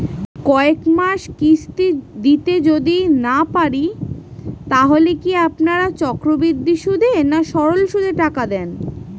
কয়েক মাস কিস্তি দিতে যদি না পারি তাহলে কি আপনারা চক্রবৃদ্ধি সুদে না সরল সুদে টাকা দেন?